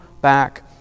back